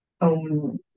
own